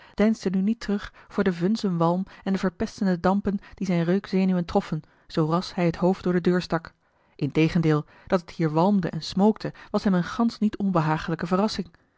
deinsde nu niet terug voor den vunzen walm en de verpestende dampen die zijne reukzenuwen troffen zoo ras hij het hoofd door de deur stak integendeel dat het hier walmde en smookte was hem eene gansch niet onbehaaglijke